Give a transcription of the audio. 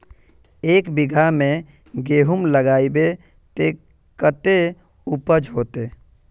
एक बिगहा में गेहूम लगाइबे ते कते उपज होते?